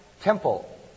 Temple